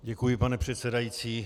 Děkuji, pane předsedající.